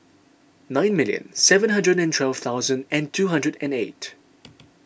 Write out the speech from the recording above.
nine million seven hundred and twelve thousand and two hundred and eight